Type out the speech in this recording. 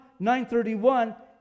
9.31